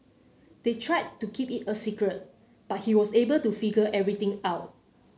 they tried to keep it a secret but he was able to figure everything out